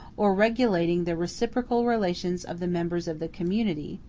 or regulating the reciprocal relations of the members of the community,